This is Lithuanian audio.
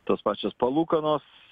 tos pačios palūkanos